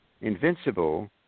invincible